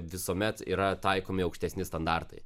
visuomet yra taikomi aukštesni standartai